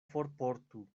forportu